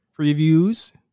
previews